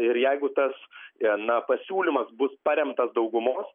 ir jeigu tas na pasiūlymas bus paremtas daugumos